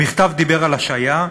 המכתב דיבר על השעיה,